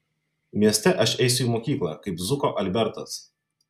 mieste aš eisiu į mokyklą kaip zuko albertas